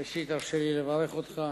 ראשית, הרשה לי לברך אותך